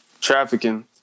trafficking